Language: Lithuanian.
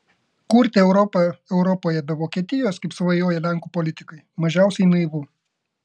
kurti europą europoje be vokietijos kaip svajoja lenkų politikai mažiausiai naivu